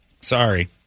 Sorry